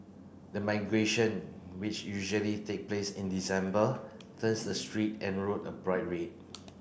the migration which usually take place in December turns the street and road a bright red